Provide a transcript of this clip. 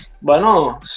Bueno